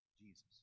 Jesus